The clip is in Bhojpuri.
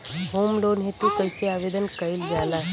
होम लोन हेतु कइसे आवेदन कइल जाला?